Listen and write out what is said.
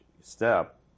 step